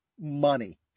money